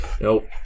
nope